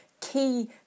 key